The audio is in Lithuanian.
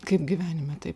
kaip gyvenime tai